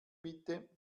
bitte